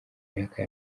myaka